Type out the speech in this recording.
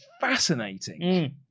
fascinating